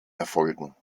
erfolgen